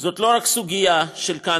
זאת לא רק סוגיה של כאן,